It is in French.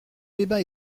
débat